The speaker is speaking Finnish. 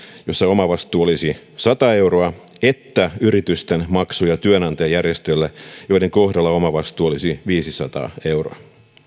joissa omavastuu olisi sata euroa että yritysten maksuja työnantajajärjestöille joiden kohdalla omavastuu olisi viisisataa euroa